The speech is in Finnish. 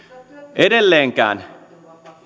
edelleenkään